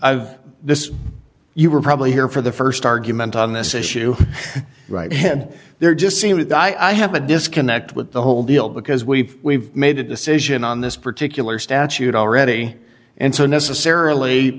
i've this you were probably here for the st argument on this issue right had there just seem to die i have a disconnect with the whole deal because we've we've made a decision on this particular statute already and so necessarily